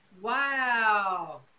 Wow